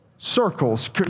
circles